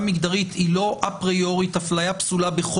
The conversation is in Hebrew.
מגדרית היא לא אפריורית אפליה פסולה.